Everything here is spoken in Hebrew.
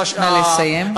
נא לסיים.